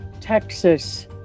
Texas